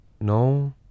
No